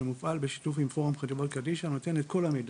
שמופעל בשיתוף עם פורום חברות קדישא שנותן את כל המידע.